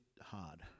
hard